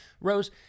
Rose